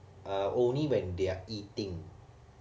uh only when they are eating